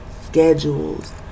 schedules